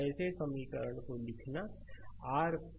ऐसे समीकरणों को लिखना r है